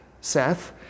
Seth